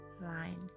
line